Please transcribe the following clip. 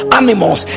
animals